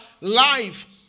life